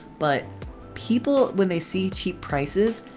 but people, when they see cheap prices,